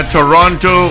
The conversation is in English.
Toronto